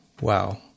wow